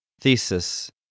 Thesis